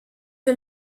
que